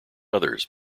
others